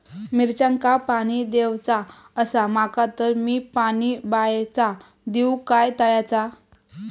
मिरचांका पाणी दिवचा आसा माका तर मी पाणी बायचा दिव काय तळ्याचा?